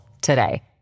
today